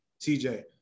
TJ